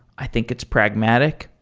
i think it's pragmatic.